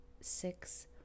six